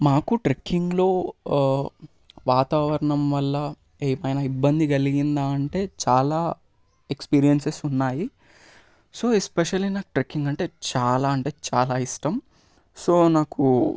మాకు ట్రెక్కింగ్లో వాతావరణం వల్ల ఏమైనా ఇబ్బంది కలిగిందా అంటే చాలా ఎక్స్పీరియెన్సెస్ ఉన్నాయి సో ఎస్స్పెషల్లీ నాకు ట్రెక్కింగ్ అంటే చాలా అంటే చాలా ఇష్టం సో నాకు